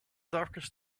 darkest